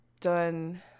done